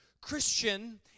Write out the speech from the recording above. Christian